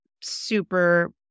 super